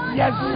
yes